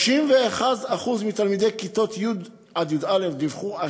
31% מתלמידי כיתות י' י"א דיווחו על